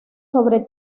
sobre